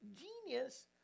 genius